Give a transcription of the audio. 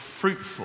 fruitful